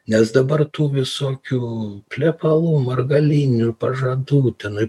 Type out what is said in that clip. nes dabar tų visokių plepalų margalynių pažadų tenai